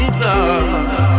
love